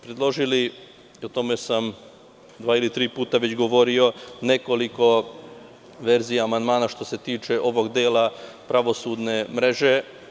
Predložili smo, o tome sam dva ili tri puta govorio, nekoliko verzija amandmana, što se tiče ovog dela pravosudne mreže.